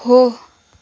हो